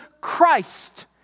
Christ